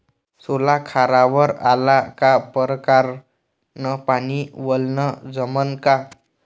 सोला खारावर आला का परकारं न पानी वलनं जमन का?